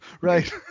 right